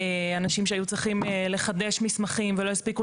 אנשים שהיו צריכים לחדש מסמכים ולא הספיקו